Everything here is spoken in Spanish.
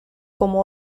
como